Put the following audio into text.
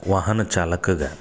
ವಾಹನ ಚಾಲಕಗೆ